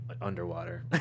underwater